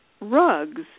rugs